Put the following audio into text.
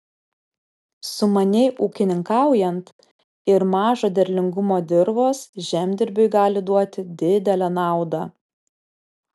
sumaniai ūkininkaujant ir mažo derlingumo dirvos žemdirbiui gali duoti didelę naudą